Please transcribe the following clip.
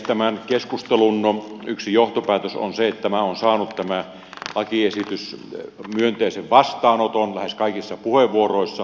tämän keskustelun yksi johtopäätös on se että tämä lakiesitys on saanut myönteisen vastaanoton lähes kaikissa puheenvuoroissa